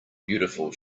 beautiful